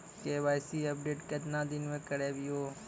KYC update केतना दिन मे करेबे यो?